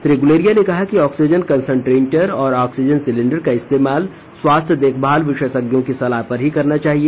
श्री गुलेरिया ने कहा कि ऑक्सीजन कन्संट्रेटर और ऑक्सीजन सिलेंडर का इस्तेमाल स्वास्थ्य देखभाल विशेषज्ञों की सलाह पर ही करना चाहिए